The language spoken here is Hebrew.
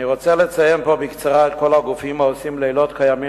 אני רוצה לציין פה בקצרה את כל הגופים העושים לילות כימים